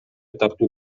тартуу